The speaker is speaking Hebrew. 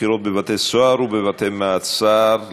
בחירות בבתי-סוהר ובבתי-מעצר),